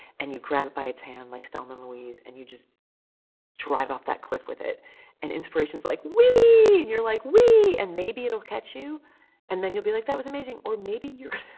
and you grab it by its hand like thelma and louise and you just drive off that cliff with it and inspiration is like, wee! and you're like, wee! and maybe it'll catch you and then you'll be like, that was amazing, or maybe you're